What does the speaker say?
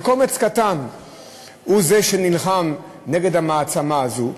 קומץ קטן הוא שנלחם נגד המעצמה הזו.